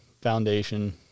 foundation